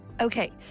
Okay